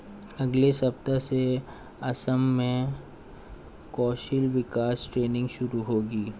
अगले सप्ताह से असम में कौशल विकास ट्रेनिंग शुरू होगी